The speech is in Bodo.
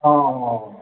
अ